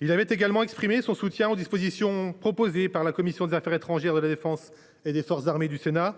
Il avait également exprimé son soutien aux dispositions proposées par la commission des affaires étrangères, de la défense et des forces armées du Sénat